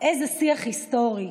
איזה שיח היסטורי.